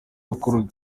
gakuru